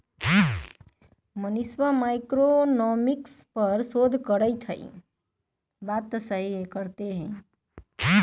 मनीषवा मैक्रोइकॉनॉमिक्स पर शोध करते हई